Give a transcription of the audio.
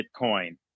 Bitcoin